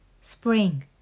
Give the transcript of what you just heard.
Spring